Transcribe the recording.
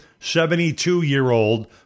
72-year-old